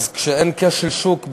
אז כשאין כשל שוק,